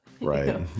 Right